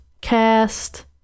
cast